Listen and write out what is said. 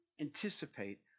anticipate